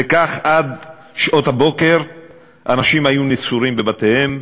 וכך, עד שעות הבוקר אנשים היו נצורים בבתיהם.